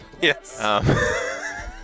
Yes